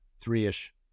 three-ish